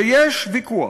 ויש ויכוח.